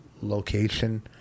location